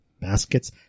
baskets